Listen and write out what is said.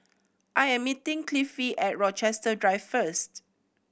I am meeting Cliffie at Rochester Drive first